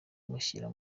mushyira